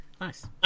nice